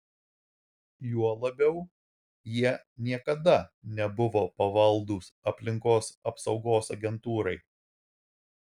juo labiau jie niekada nebuvo pavaldūs aplinkos apsaugos agentūrai